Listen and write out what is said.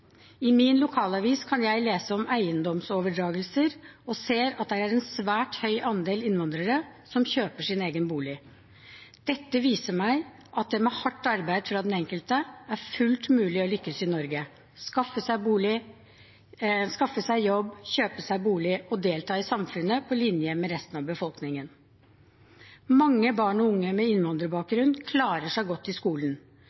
I min lokalavis kan jeg lese om eiendomsoverdragelser og ser at det er en svært høy andel innvandrere som kjøper sin egen bolig. Dette viser meg at det med hardt arbeid fra den enkeltes side er fullt mulig å lykkes i Norge, skaffe seg jobb, kjøpe seg bolig og delta i samfunnet på linje med resten av befolkningen. Mange barn og unge med